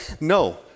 No